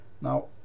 Now